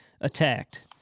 attacked